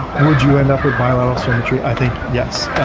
would you end up with bilateral symmetry? i think yes.